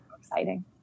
exciting